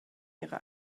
ihre